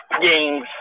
games